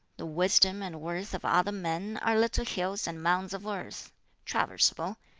the wisdom and worth of other men are little hills and mounds of earth traversible.